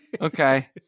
Okay